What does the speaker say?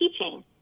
keychain